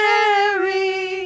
Mary